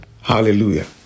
Hallelujah